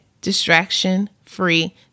distraction-free